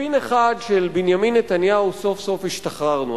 מספין אחד של בנימין נתניהו סוף-סוף השתחררנו.